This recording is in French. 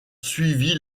suivi